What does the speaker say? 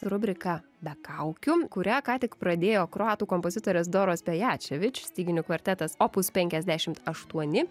rubrika be kaukių kurią ką tik pradėjo kroatų kompozitorės doros beječevič styginių kvartetas opus penkiasdešimt aštuoni